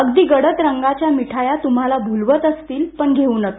अधिक गडद रंगाच्या मिठाया तृम्हाला भूलवत असतील पण घेऊ नका